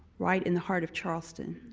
right in the heart of charleston,